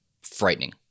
frightening